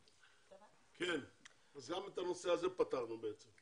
אז גם את הנושא הזה פתרנו בעצם.